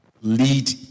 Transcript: lead